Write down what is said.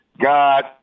God